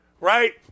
right